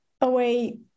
away